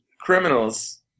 criminals